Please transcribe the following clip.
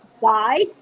guide